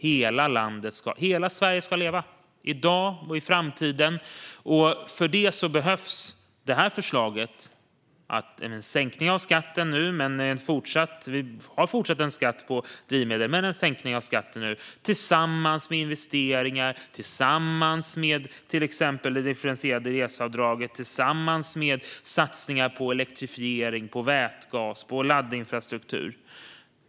Hela Sverige ska leva, i dag och i framtiden. För det behövs detta förslag om en sänkning av skatten nu. Vi har även fortsättningsvis en skatt på drivmedel, men det blir en sänkning av skatten nu. Detta sker tillsammans med investeringar, tillsammans med till exempel det differentierade reseavdraget och tillsammans med satsningar på elektrifiering, vätgas och laddinfrastruktur.